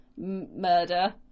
murder